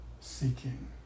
seeking